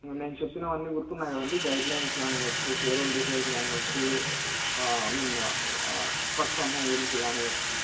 ఇంక నేను చెప్పినవన్నీ గుర్తున్నాయి కదండి గైడ్లైన్స్ కానివ్వచ్చు పేరోల్ డీటెయిల్స్ కానివ్వచ్చు ఐ మీన్ పర్ఫామెన్స్ కానివ్వచ్చు